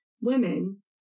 women